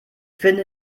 finde